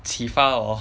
启发我